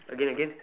again again